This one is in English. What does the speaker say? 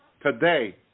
today